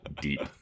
deep